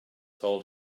told